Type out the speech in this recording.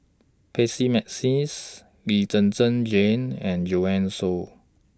Percy Mcneice Lee Zhen Zhen Jane and Joanne Soo